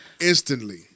instantly